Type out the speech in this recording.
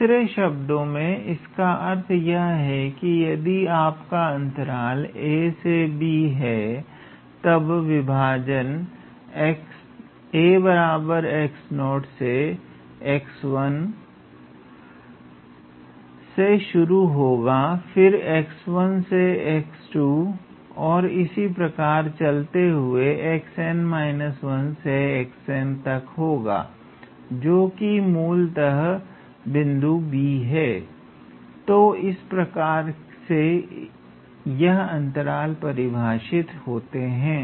दूसरे शब्दों में इसका अर्थ यह है कि यदि आपका अंतराल 𝑎 से 𝑏 है तब विभाजन a से से शुरू होगा फिर से और इसी प्रकार चलते हुए से तक होगा जोकि मूलतः बिंदु 𝑏 है तो इस प्रकार से यह अंतराल परिभाषित होते हैं